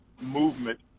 movement